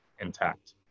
intact